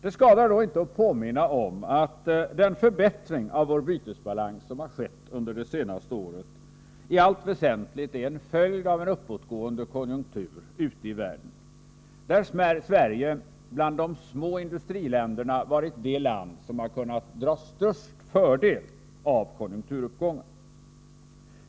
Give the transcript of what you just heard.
Det skadar då inte att påminna om att den förbättring av vår bytesbalans som skett under det senaste året i allt väsentligt är en följd av en uppåtgående konjunktur ute i världen, där Sverige bland de små industriländerna varit det land som kunnat dra störst fördel av konjunkturuppgången.